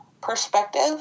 perspective